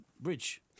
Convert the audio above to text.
Bridge